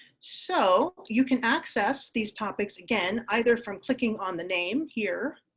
so you can access these topics again either from clicking on the name here,